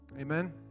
Amen